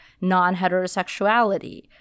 non-heterosexuality